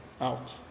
out